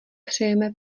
přejeme